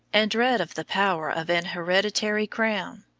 and dread of the power of an hereditary crown.